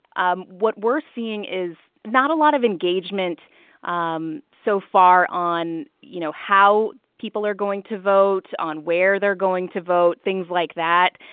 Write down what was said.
um what we're seeing is not a lot of engagement um so far on, you know, how people are going to vote, on where they're going to vote things like that.